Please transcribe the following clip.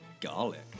garlic